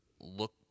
look